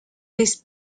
these